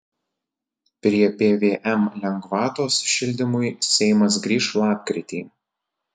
prie pvm lengvatos šildymui seimas grįš lapkritį